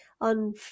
on